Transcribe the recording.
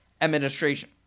administration